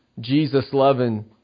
Jesus-loving